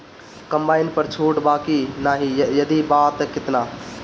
Combine पर छूट बा की नाहीं यदि बा त केतना?